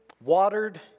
Watered